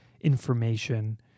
information